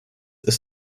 ist